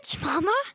Mama